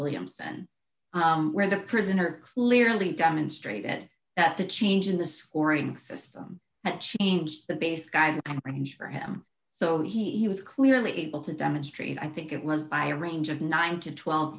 williamson where the prisoner clearly demonstrate that at the change in the scoring system at change the base guide average for him so he was clearly able to demonstrate i think it was by a range of nine to twelve